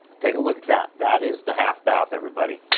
take a look at that. that is the half bath everybody